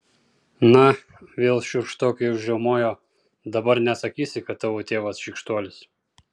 na vėl šiurkštokai užriaumojo dabar nesakysi kad tavo tėvas šykštuolis